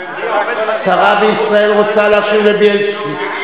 שרה בישראל רוצה להשיב לבילסקי.